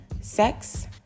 sex